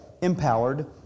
Empowered